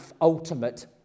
ultimate